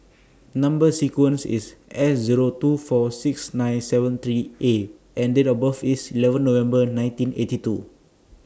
Number sequence IS S Zero two four six nine seven three A and Date of birth IS eleven November nineteen eighty two